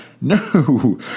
No